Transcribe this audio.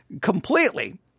completely